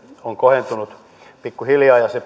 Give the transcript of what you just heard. on kohentunut pikkuhiljaa ja se